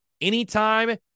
anytime